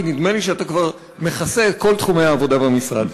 כי נדמה לי שאתה כבר מכסה את כל תחומי העבודה במשרד.